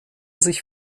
sich